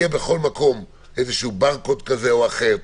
יהיה בכל מקום בר קוד כזה או אחר,